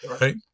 right